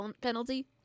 penalty